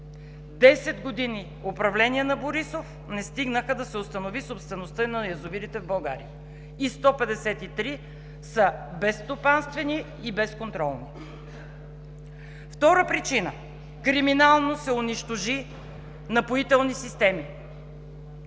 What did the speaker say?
години управление на Борисов не стигнаха да се установи собствеността на язовирите в България и 153 са безстопанствени и безконтролни. Втора причина – криминално се унищожи „Напоителни системи“.